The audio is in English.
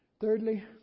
Thirdly